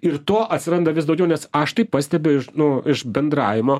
ir to atsiranda vis daugiau nes aš tai pastebiu iš nu iš bendravimo